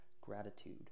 gratitude